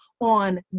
on